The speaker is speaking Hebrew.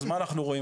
אז מה אנחנו רואים?